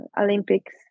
Olympics